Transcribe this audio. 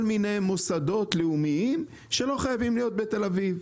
מיני מוסדות לאומיים שלא חייבים להיות בתל אביב.